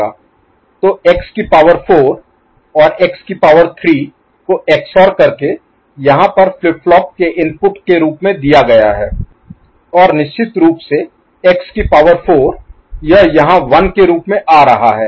तो x की power 4 और x की पावर 3 को XOR करके यहाँ पर फ्लिप फ्लॉप के इनपुट के रूप में दिया है और निश्चित रूप से x की पावर 4 यह यहाँ 1 के रूप में आ रहा है x की पावर 0